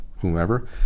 whomever